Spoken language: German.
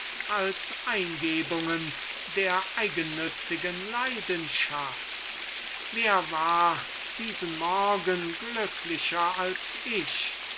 als eingebungen der eigennützigen leidenschaft wer war diesen morgen glücklicher als ich